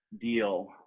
deal